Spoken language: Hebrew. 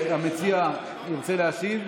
המציע רוצה להשיב?